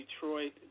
Detroit